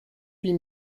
huit